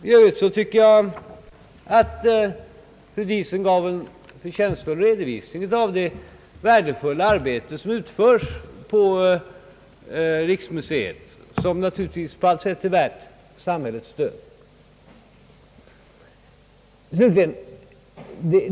I övrigt tycker jag att fru Diesen gav en förtjänstfull redovisning av det värdefulla arbete som utförs på riksmuseet och som naturligtvis på allt sätt är värt samhällets stöd.